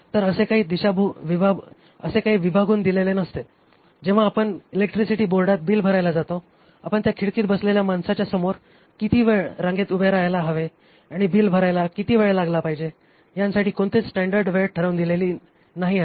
तर असे काही विभागून दिलेले नसते जेव्हा आपण इलेक्ट्रिसिटी बोर्डात बिल भरायला जातो आपण त्या खिडकीत बसलेल्या माणसाच्या समोर किती वेळ रांगेत उभे राहायला हवे आणि बिल भरायला किती वेळ लागला पाहिजे यांसाठी कोणतीच स्टॅंडर्ड वेळ ठरवून दिलेली नाही आहे